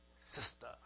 sister